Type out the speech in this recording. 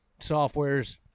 softwares